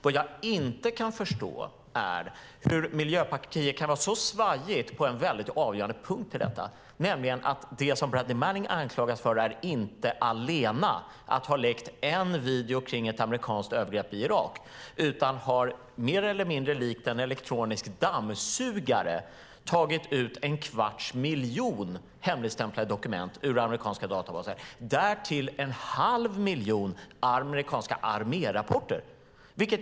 Vad jag inte kan förstå är hur Miljöpartiet kan vara så svajigt på en avgörande punkt, nämligen att Bradley Manning inte anklagas allena för att ha läckt en video om ett amerikanskt övergrepp i Irak, utan för att mer eller mindre likt en elektronisk dammsugare ha tagit ut en kvarts miljon hemligstämplade dokument ur amerikanska databaser samt därtill en halv miljon amerikanska armérapporter.